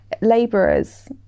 Laborers